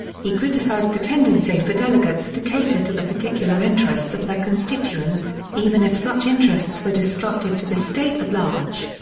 he criticized the tendency for delegates to cater to the particular interests of their constituents, even if such interests were destructive to the state at large.